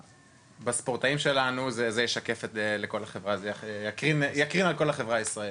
בספורטאים שלנו זה יקרין על כל החברה הישראלית,